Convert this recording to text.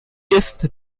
ist